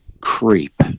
creep